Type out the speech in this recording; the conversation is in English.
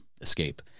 escape